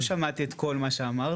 לא שמעתי את כל מה שאמרת,